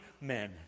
men